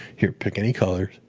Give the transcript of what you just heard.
here, pick any color.